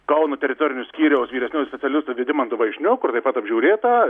kauno teritorinio skyriaus vyresniuoju specialistu vidimantu vaišniu kur taip pat apžiūrėta